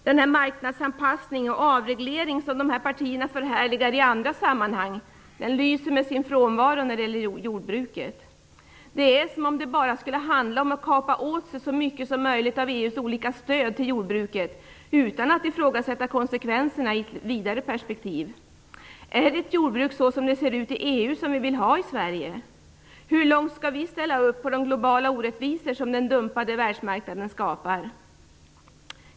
Den marknadsanpassning och avreglering som de här partierna förhärligar i andra sammanhang lyser med sin frånvaro när det gäller jordbruket. Det är som det bara skulle handla om att kapa åt sig så mycket som möjligt av EU:s olika stöd till jordbruket utan att ifrågasätta konsekvenserna i ett vidare perspektiv. Är det ett jordbruk så som det ser ut i EU som vi vill ha i Sverige? Hur långt skall vi ställa upp på de globala orättvisor som den dumpade världsmarknaden skapar?